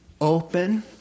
open